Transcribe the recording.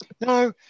now